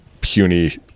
puny